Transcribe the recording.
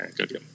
okay